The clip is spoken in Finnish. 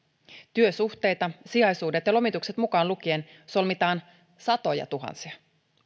työsuhteita sijaisuudet ja lomitukset mukaan lukien solmitaan satojatuhansia